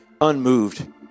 unmoved